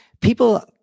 people